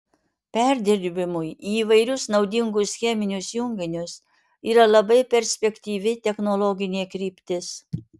perdirbimui į įvairius naudingus cheminius junginius yra labai perspektyvi technologinė kryptis